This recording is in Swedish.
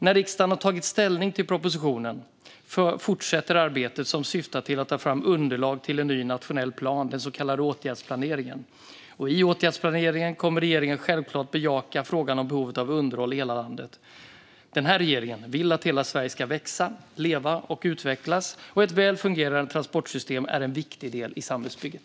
När riksdagen har tagit ställning till propositionen fortsätter arbetet som syftar till att ta fram underlag till en ny nationell plan, den så kallade åtgärdsplaneringen. I åtgärdsplaneringen kommer regeringen självklart att bejaka frågan om behovet av underhåll i hela landet. Den här regeringen vill att hela Sverige ska växa, leva och utvecklas, och ett väl fungerande transportsystem är en viktig del i samhällsbygget.